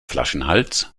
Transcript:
flaschenhals